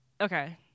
Okay